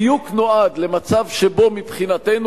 בדיוק נועד למצב שבו מבחינתנו,